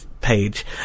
page